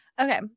Okay